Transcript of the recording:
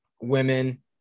women